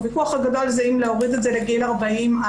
הוויכוח הגדול זה אם להוריד את זה לגיל 40,